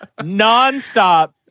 nonstop